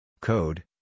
Code